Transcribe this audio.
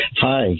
Hi